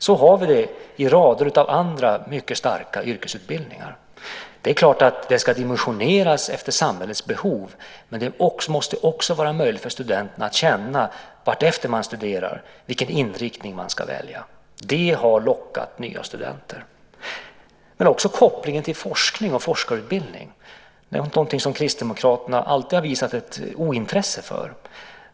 Så har vi det i rader av andra mycket starka yrkesutbildningar. Det är klart att det ska dimensioneras efter samhällets behov men det måste också vara möjligt för studenten att känna, vartefter man studerar, vilken inriktning man ska välja. Det har lockat nya studenter. Det handlar också om kopplingen till forskning och forskarutbildning, någonting som Kristdemokraterna alltid har visat ett ointresse för.